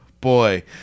boy